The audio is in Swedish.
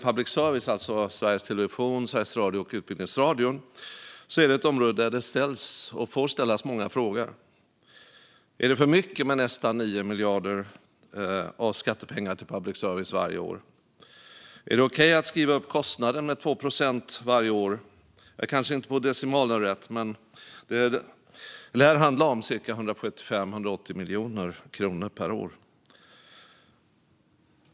Public service, alltså Sveriges Television, Sveriges Radio och Utbildningsradion, är ett område där det ställs - och får ställas - många frågor. Är det för mycket med nästan 9 miljarder av skattepengar till public service varje år? Är det okej att skriva upp kostnaden med 2 procent varje år? Jag har kanske inte rätt på decimalen, men det lär handla om 175-180 miljoner kronor per år.